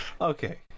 Okay